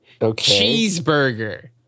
Cheeseburger